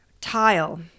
tile